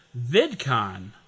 VidCon